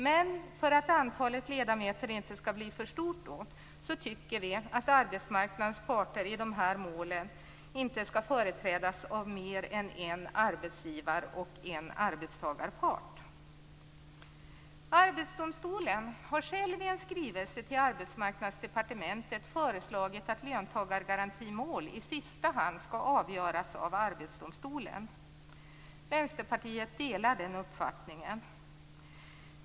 Men för att antalet ledamöter inte skall bli för stort tycker vi att arbetsmarknadens parter i de här målen inte skall företrädas av mer än en arbetsgivar och en arbetstagarpart. Arbetsdomstolen har själv i en skrivelse till Arbetsmarknadsdepartementet föreslagit att löntagargarantimål i sista hand skall avgöras av Arbetsdomstolen. Vänsterpartiet delar den uppfattningen.